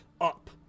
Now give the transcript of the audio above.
up